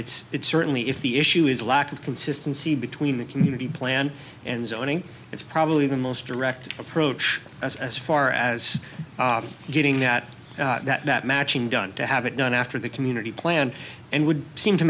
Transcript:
it's certainly if the issue is lack of consistency between the community plan and zoning it's probably the most direct approach as far as getting that that matching done to have it done after the community plan and would seem to